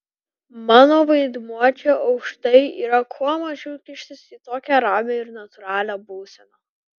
mano vaidmuo čia aukštai yra kuo mažiau kištis į tokią ramią ir natūralią būseną